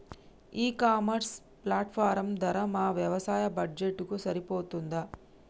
ఈ ecommerce platform ధర మా వ్యవసాయ బడ్జెట్ కు సరిపోతుందా?